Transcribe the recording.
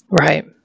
Right